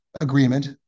Agreement